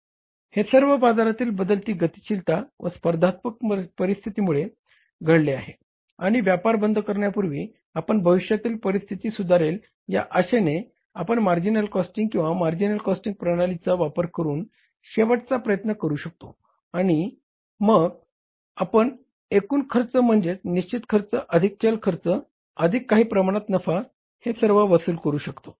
हे सर्व बाजारातील बदलती गतिशीलता व स्पर्धात्मक परिस्थितीमुळे घडले आहे आणि व्यापार बंद करण्यापूर्वी आपण भविष्यातील परिस्थिती सुधारेल या आशेने आपण मार्जिनल कॉस्टिंग किंवा मार्जिनल कॉस्टिंग प्रणालीचा वापर करून शेवटचा प्रयत्न करू शकतो आणि मग आपण एकूण खर्च म्हणजेच निश्चित खर्च अधिक चल खर्च अधिक काही प्रमाणात नफा हे सर्व वसूल करू शकतो